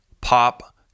pop